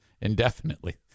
indefinitely